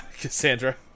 Cassandra